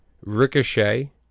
Ricochet